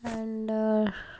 and